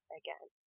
again